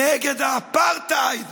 נגד האפרטהייד